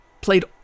played